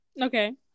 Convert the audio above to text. Okay